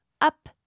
up